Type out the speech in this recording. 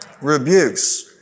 rebukes